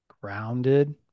grounded